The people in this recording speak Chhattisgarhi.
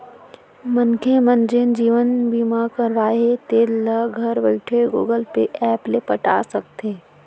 मनखे मन जेन जीवन बीमा करवाए हें तेल ल घर बइठे गुगल पे ऐप ले पटा सकथे